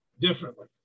differently